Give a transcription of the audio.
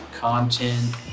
content